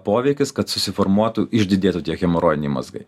poveikis kad susiformuotų išdidėtų tie hemorojiniai mazgai